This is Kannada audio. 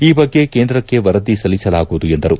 ಈ ಬಗ್ಗೆ ಕೇಂದ್ರಕ್ಕೆ ವರದಿ ಸಲ್ಲಿಸಲಾಗುವುದು ಎಂದರು